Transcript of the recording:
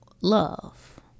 love